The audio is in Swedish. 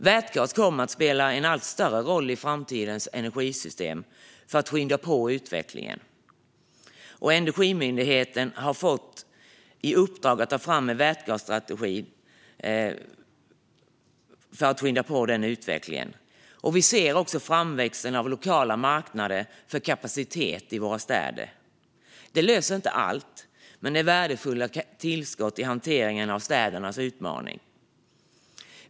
Vätgas kommer att spela en allt större roll i framtidens energisystem, och Energimyndigheten har fått i uppdrag att ta fram en vätgasstrategi för att skynda på denna utveckling. Vi ser också framväxten av lokala marknader för kapacitet i våra städer. Detta löser inte allt men är värdefulla tillskott i hanteringen av städernas utmaning.